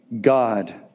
god